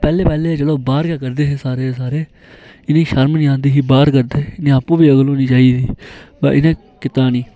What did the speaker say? पैहलें पैहलें चलो बाहर गै करदे हे सारे दे सारे इनेंगी शर्म नेईं आंदी ही बाहर करदे इनेंगी आपू बी अकल होनी चाहिदी बा इनें कीता नेईं